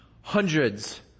hundreds